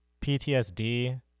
PTSD